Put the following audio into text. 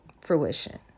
fruition